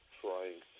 trying